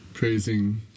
Praising